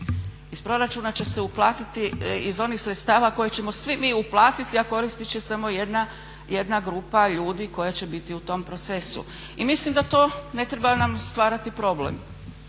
Iz proračuna će se uplatiti iz onih sredstava koje ćemo svi mi uplatiti, a koristit će samo jedna grupa ljudi koja će biti u tom procesu. I mislim da to ne treba nam stvarati problem.